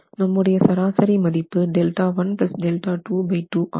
நம்முடைய சராசரி மதிப்பு ஆகும்